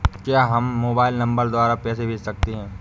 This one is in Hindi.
क्या हम मोबाइल नंबर द्वारा पैसे भेज सकते हैं?